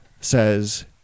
says